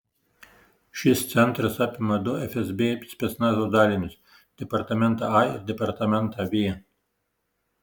šis centras apima du fsb specnazo dalinius departamentą a ir departamentą v